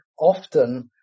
often